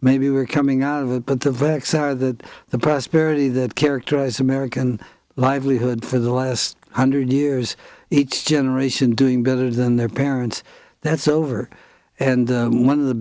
maybe we're coming out of it but the vacs are that the prosperity that characterized american livelihood for the last hundred years each generation doing better than their parents that's over and one of the